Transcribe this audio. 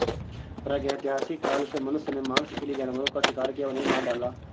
प्रागैतिहासिक काल से मनुष्य ने मांस के लिए जानवरों का शिकार किया, उन्हें मार डाला